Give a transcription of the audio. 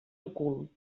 ocult